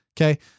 Okay